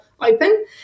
open